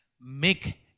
Make